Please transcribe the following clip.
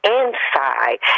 inside